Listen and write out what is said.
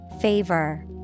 Favor